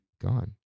gone